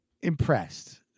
impressed